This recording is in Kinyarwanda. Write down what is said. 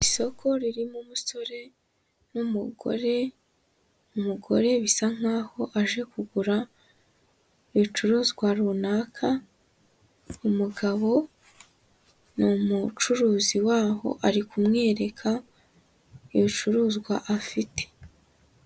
Isoko ririmo umusore n'umugore, umugore bisa nk'aho aje kugura ibicuruzwa runaka, umugabo ni umucuruzi w'aho ari kumwereka ibicuruzwa afite.